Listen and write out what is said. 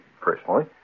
personally